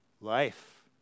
Life